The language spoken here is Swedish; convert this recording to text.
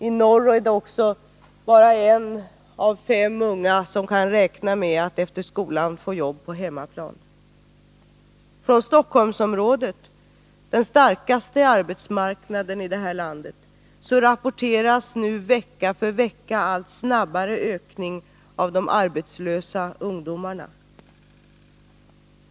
Där är det också bara en av fem unga människor som kan räkna med att på hemmaplan få ett jobb efter att ha gått ut skolan. Från Stockholmsområdet, den starkaste arbetsmarknaden i detta land, rapporteras nu vecka för vecka en allt snabbare ökning av de arbetslösa ungdomarnas antal.